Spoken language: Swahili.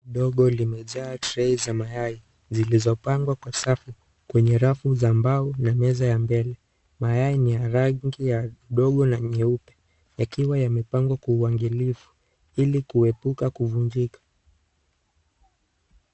Dogo limejaa tray za mayai zjlizopangwa kwa safu kwenye rafu za mbao na meza ya mbele, mayai ni ya rangi ya udongo na nyeupe yakiwa yamepangwa kwa uangalifu ili kuepuka kuvunjika.